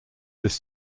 this